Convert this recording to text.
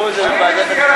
עיסאווי, זה לא יקרה.